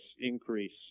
increase